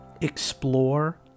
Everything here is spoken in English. explore